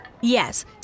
yes